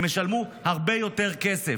הם ישלמו הרבה יותר כסף.